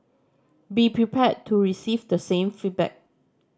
be prepared to receive the same feedback